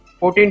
14